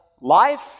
life